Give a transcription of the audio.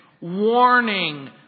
Warning